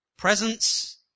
Presence